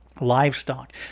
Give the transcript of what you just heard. livestock